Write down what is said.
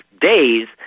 days